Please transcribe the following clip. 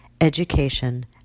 education